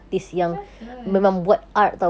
memang betul